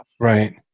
Right